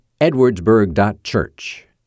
edwardsburg.church